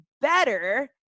better